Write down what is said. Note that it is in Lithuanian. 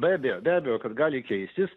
be abejo be abejo kad gali keistis